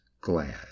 glad